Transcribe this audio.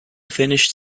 finished